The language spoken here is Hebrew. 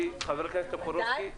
כי חבר הכנסת טופורובסקי --- מתי?